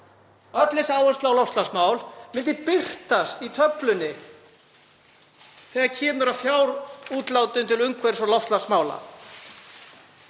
þessi áhersla á loftslagsmál, myndi birtast í töflunni þegar kemur að fjárútlátum til umhverfis- og loftslagsmála.